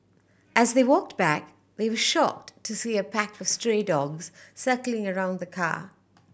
as they walked back they were shocked to see a pack of stray dogs circling around the car